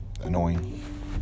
annoying